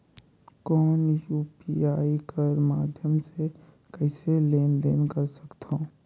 कौन यू.पी.आई कर माध्यम से कइसे लेन देन कर सकथव?